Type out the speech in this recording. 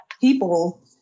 people